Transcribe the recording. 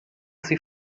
sie